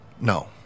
No